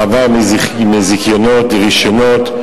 מעבר מזיכיונות לרשיונות,